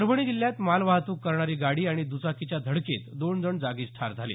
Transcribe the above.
परभणी जिल्ह्यात मालवाहतूक करणारी गाडी आणि दुचाकीच्या धडकेत दोन जण जागीच ठार झाले